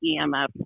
EMF